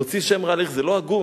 להוציא שם רע לעיר זה לא הגון.